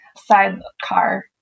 sidecar